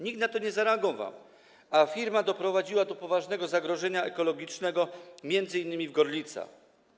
Nikt na to nie zareagował, a firma doprowadziła do poważnego zagrożenia ekologicznego m.in. w Gorlicach.